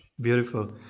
beautiful